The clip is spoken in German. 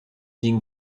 liegen